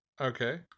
Okay